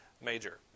major